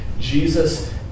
Jesus